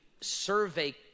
survey